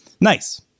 nice